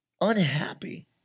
unhappy